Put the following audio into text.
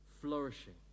Flourishing